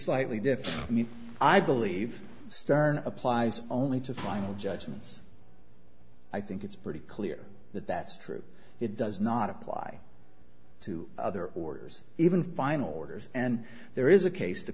slightly different i believe stern applies only to final judgments i think it's pretty clear that that's true it does not apply to other orders even final orders and there is a case to